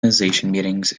meetings